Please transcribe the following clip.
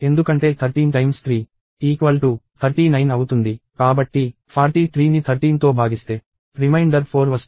కాబట్టి 43ని 13తో భాగిస్తే రిమైండర్ 4 వస్తుంది